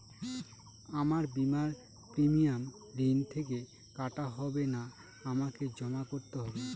আমার বিমার প্রিমিয়াম ঋণ থেকে কাটা হবে না আমাকে জমা করতে হবে?